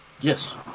Yes